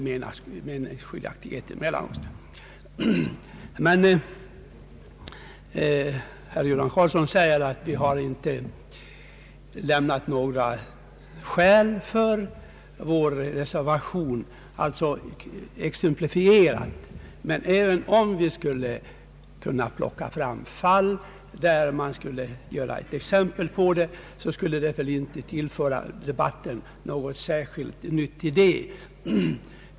Men när herr Karlsson säger att vi inte genom några exempel lämnat skäl för vår reservation, så vill jag framhålla att även om vi skulle kunna peka på några speciella fall så skulle detta inte tillföra debatten något nytt.